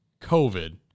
COVID